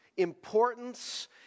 importance